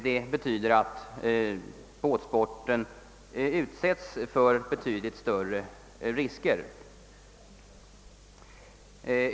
Det betyder att båtsportens utövare lätt utsätts för betydligt större risker.